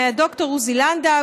ד"ר עוזי לנדאו,